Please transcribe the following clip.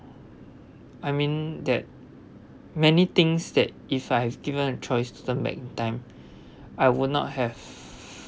I mean that many things that if I have given a choice to turn back time I would not have